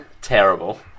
terrible